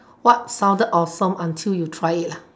what sounded awesome until you try it lah